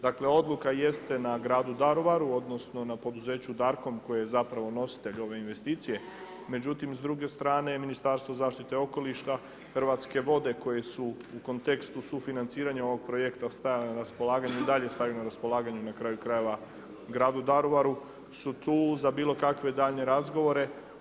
Dakle, odluka jeste na gradu Daruvaru, odnosno, na poduzeću Darkcom, koji je zapravo nositelj ove investicije, međutim, s druge strane Ministarstvo zaštite okoliša, Hrvatske vode, koje su u kontekstu sufinanciranje ovog projekta stajale na raspolaganju i dalje staju na raspolaganju na kraju krajeva grada Daruvaru su tu za bilo kakve daljnje razgovore.